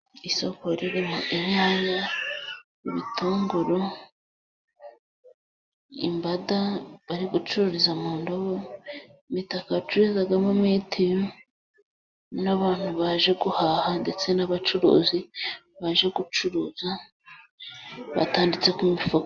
Isoko ririmo inyanya, ibitunguru, imbada bari gucururiza mu ndobo，imitaka bacururizamo mitiyu， n'abantu baje guhaha， ndetse n'abacuruzi baje gucuruza，batanditse ku mifuka.